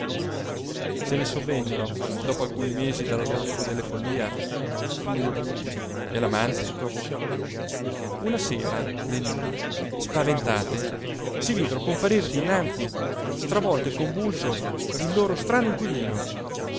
se ne sovvennero dopo alcuni mesi dalla loro crudele follia tullio buti e l'amante una sera le nini spaventate si videro comparir dinanzi stravolto e convulso il loro strano inquilino